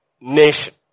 nation